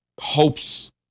Hope's